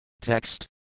Text